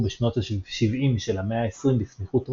בשנות השבעים של המאה העשרים בסמיכות רבה,